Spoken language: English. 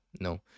No